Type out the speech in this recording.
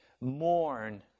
mourn